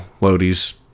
Lodi's